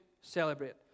celebrate